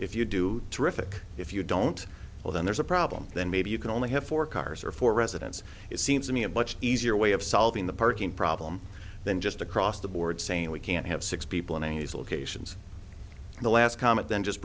if you do terrific if you don't well then there's a problem then maybe you can only have four cars or four residents it seems to me a much easier way of solving the parking problem than just across the board saying we can't have six people in a nice locations and the last comment then just